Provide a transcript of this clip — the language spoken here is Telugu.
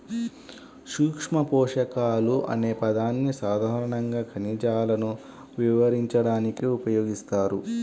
సూక్ష్మపోషకాలు అనే పదాన్ని సాధారణంగా ఖనిజాలను వివరించడానికి ఉపయోగిస్తారు